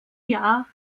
jahr